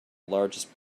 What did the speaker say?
largest